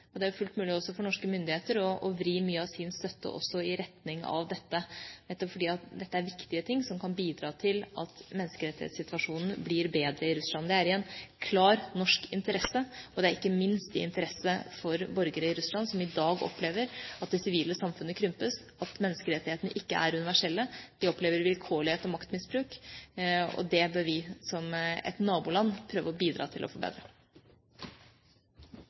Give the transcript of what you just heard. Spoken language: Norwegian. og menneskerettighetsundervisning. Og det er jo fullt mulig også for norske myndigheter å vri mye av sin støtte i retning av dette, nettopp fordi dette er viktige ting som kan bidra til at menneskerettighetssituasjonen blir bedre i Russland. Det er i klar norsk interesse, og det er ikke minst av interesse for borgere i Russland, som i dag opplever at det sivile samfunnet krympes, og at menneskerettighetene ikke er universelle. De opplever vilkårlighet og maktmisbruk, og det bør vi som et naboland prøve å bidra til å forbedre.